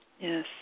Yes